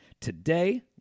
Today